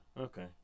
Okay